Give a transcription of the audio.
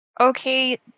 Okay